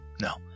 No